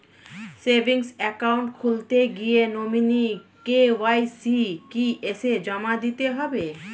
Savings account খুলতে গিয়ে nominee KYC কি এসে জমা দিতে হবে?